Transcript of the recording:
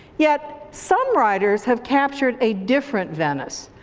yet some writers have captured a different venice.